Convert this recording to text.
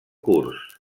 curs